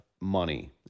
money